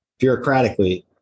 bureaucratically